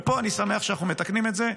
ופה אני שמח שאנחנו מתקנים את זה.